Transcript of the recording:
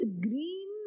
green